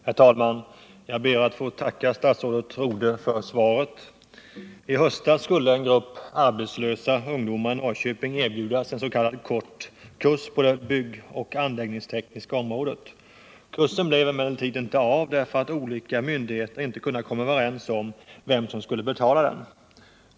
Herr talman! Jag ber att få tacka statsrådet Rodhe för svaret. I höstas skulle en grupp arbetslösa ungdomar i Norrköping erbjudas ens.k. kortkurs på det byggoch anläggningstekniska området. Kursen blev emellertid inte av, därför att olika myndigheter inte kunde komma överens om vem som skulle betala den.